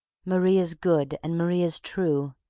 marie is good and marie is true.